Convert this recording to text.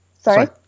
sorry